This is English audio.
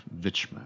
Vichma